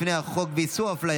איסור תמיכה בטרור)